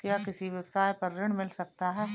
क्या किसी व्यवसाय पर ऋण मिल सकता है?